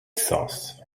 sauce